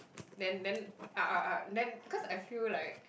then then I I I then cause I feel like